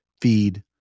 feed